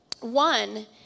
One